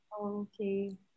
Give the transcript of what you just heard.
Okay